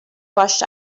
rushed